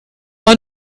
man